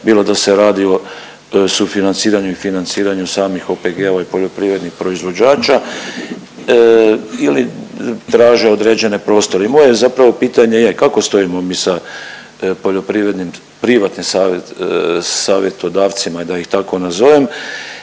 bilo da se radi o sufinanciranju i financiranju samih OPG-ova i poljoprivrednih proizvođača ili traže određene prostore. I moje je zapravo pitanje je, kako stojimo mi sa poljoprivrednim privatnim savjetodavcima da ih tako nazovem